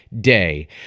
day